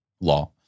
law